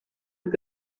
mit